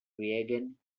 reagan